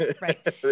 right